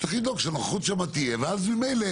צריך לדאוג שהנוכחות שם תהיה ואז ממילא